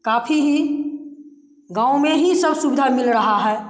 काफी ही गाँव में ही सब सुविधा मिल रहा है